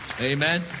Amen